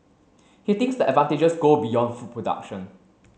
he thinks the advantages go beyond food production